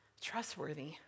trustworthy